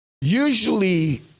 Usually